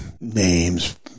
names